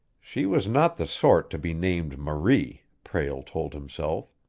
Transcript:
she was not the sort to be named marie, prale told himself.